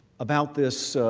about this